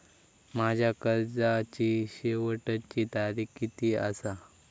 माझ्या कर्जाची शेवटची तारीख किती आसा?